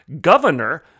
governor